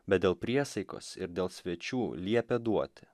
bet dėl priesaikos ir dėl svečių liepė duot